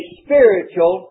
spiritual